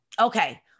okay